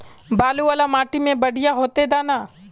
बालू वाला माटी में बढ़िया होते दाना?